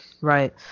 Right